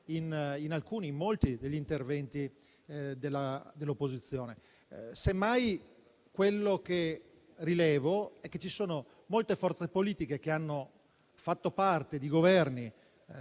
evocate in molti degli interventi dell'opposizione. Semmai, quello che rilevo è che ci sono molte forze politiche che hanno fatto parte di Governi